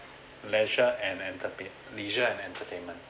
leisure and entertain leisure and entertainment